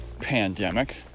pandemic